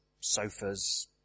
sofas